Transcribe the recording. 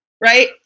Right